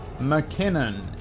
McKinnon